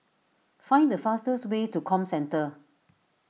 find the fastest way to Comcentre